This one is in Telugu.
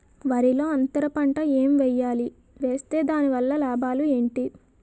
వరిలో అంతర పంట ఎం వేయాలి? వేస్తే దాని వల్ల లాభాలు ఏంటి?